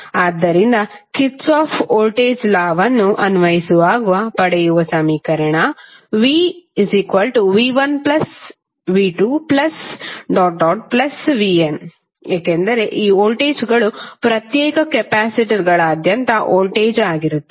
ಆದ್ದರಿಂದ ಕಿರ್ಚಾಫ್ನ voltage law ವನ್ನುKirchhoff's Voltage law ಅನ್ವಯಿಸುವಾಗ ಪಡೆಯುವ ಸಮೀಕರಣ vv1v2vn ಏಕೆಂದರೆ ಈ ವೋಲ್ಟೇಜ್ಗಳು ಪ್ರತ್ಯೇಕ ಕೆಪಾಸಿಟರ್ಗಳಾದ್ಯಂತ ವೋಲ್ಟೇಜ್ ಆಗಿರುತ್ತವೆ